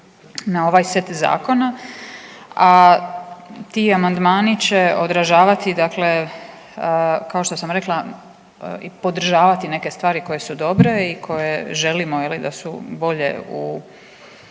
na ovaj set zakona, a ti amandmani će odražavati dakle kao što sam rekla i podržavati neke stvari koje su dobre i koje želimo da su bolje u